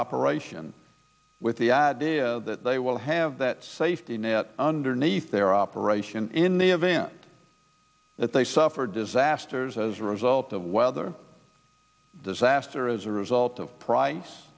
operation with the idea that they will have that safety net underneath their operation in the event that they suffer disasters as a result of weather disaster as a result of price